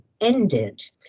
ended